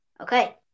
Okay